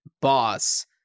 boss